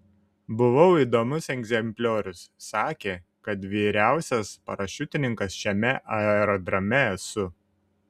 buvau įdomus egzempliorius sakė kad vyriausias parašiutininkas šiame aerodrome esu